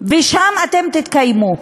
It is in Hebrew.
ושם אתם תתקיימו.